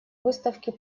выставке